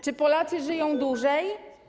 Czy Polacy żyją dłużej?